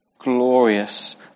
glorious